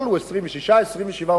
אבל הוא 26 27,